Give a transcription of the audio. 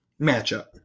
matchup